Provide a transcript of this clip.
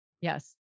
Yes